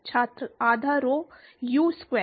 छात्र आधा rho u square